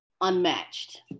unmatched